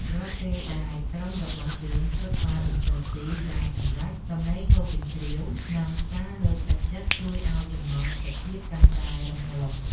រាល់ពេលដែលក្រុមរបស់យើងស៊ុតបាល់បញ្ចូលទីបានសម្រេច សំឡេងហ៊ោកញ្ជ្រៀវ និងការលើកទឹកចិត្តជួយឱ្យចំណងមិត្តភាពកាន់តែរឹងមាំ។